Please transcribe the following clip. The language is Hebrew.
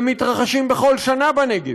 ומתרחשים בכל שנה בנגב,